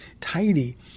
tidy